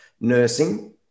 nursing